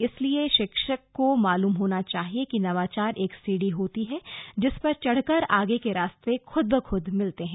इसलिए शिक्षक को मालूम होना चाहिए कि नवाचार एक सीढ़ी होती है जिस पर चढ़कर आगे के रास्ते खुद ब खुद मिलते हैं